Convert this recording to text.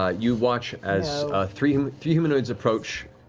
ah you watch as three and three humanoids approach.